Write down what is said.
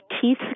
teeth